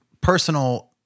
personal